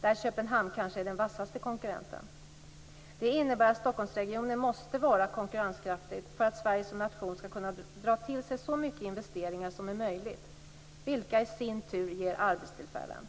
där Köpenhamn kanske är den vassaste konkurrenten. Det innebär att Stockholmsregionen måste vara konkurrenskraftig för att Sverige som nation skall kunna dra till sig så mycket investeringar som möjligt, vilka i sin tur ger arbetstillfällen.